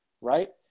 Right